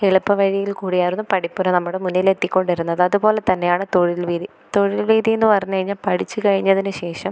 എളുപ്പവഴിയിൽ കൂടിയായിരുന്നു പഠിപ്പുര നമ്മുടെ മുന്നിൽ എത്തിക്കൊണ്ടിരുന്നത് അതുപോലെ തന്നെയാണ് തൊഴിൽവീഥി തൊഴിൽവീഥിയെന്ന് പറഞ്ഞുകഴിഞ്ഞാൽ പഠിച്ചു കഴിഞ്ഞതിനു ശേഷം